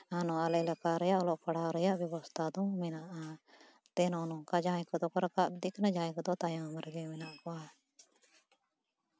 ᱱᱚᱣᱟ ᱟᱞᱮ ᱮᱞᱟᱠᱟ ᱨᱮᱭᱟᱜ ᱚᱞᱚᱜ ᱯᱟᱲᱦᱟᱣ ᱨᱮᱭᱟᱜ ᱵᱮᱵᱚᱥᱛᱷᱟ ᱫᱚ ᱢᱮᱱᱟᱜᱼᱟ ᱛᱮ ᱱᱚᱜᱼᱚ ᱱᱚᱝᱠᱟ ᱡᱟᱦᱟᱸᱭ ᱠᱚᱫᱚ ᱠᱚ ᱨᱟᱠᱟᱵ ᱤᱫᱤᱜ ᱠᱟᱱᱟ ᱡᱟᱦᱟᱸᱭ ᱠᱚᱫᱚ ᱛᱟᱭᱚᱢ ᱨᱮᱜᱮ ᱢᱮᱱᱟᱜ ᱠᱚᱣᱟ